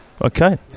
Okay